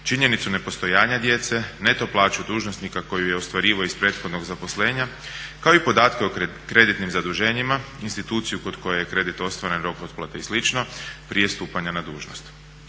činjenicu nepostojanje djece, neto plaću dužnosnika koju je ostvarivao iz prethodnog zaposlenja kao i podatke o kreditnim zaduženjima, instituciju kod koje je kredit ostvaren, rok otplate i slično prije stupanja na dužnost.